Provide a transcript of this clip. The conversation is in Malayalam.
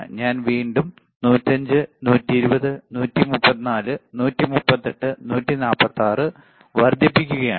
ഞാൻ വീണ്ടും 105 120 134 138 146 വർദ്ധിപ്പിക്കുകയാണ്